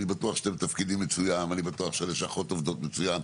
אני בטוח שאתם מתפקדים מצוין ואני בטוח שהלשכות עובדות מצוין.